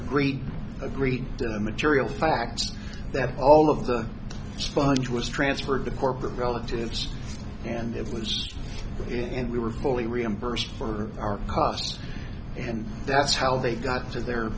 agreed agreed material facts that all of the sponge was transferred to corporate relatives and it was in and we were fully reimbursed for our costs and that's how they got to their